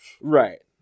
Right